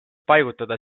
paigutada